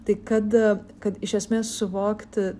tai kad kad iš esmės suvokti